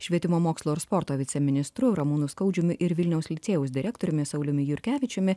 švietimo mokslo ir sporto viceministru ramūnu skaudžiumi ir vilniaus licėjaus direktoriumi sauliumi jurkevičiumi